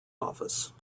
office